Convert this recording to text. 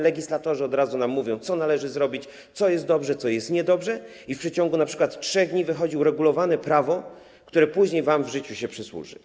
Legislatorzy od razu nam mówią, co należy zrobić, co jest dobrze, co jest niedobrze i w ciągu np. 3 dni wychodzi uregulowane prawo, które później wam w życiu się przysłuży.